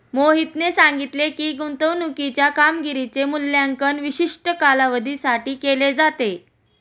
मोहितने सांगितले की, गुंतवणूकीच्या कामगिरीचे मूल्यांकन विशिष्ट कालावधीसाठी केले जाते